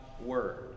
word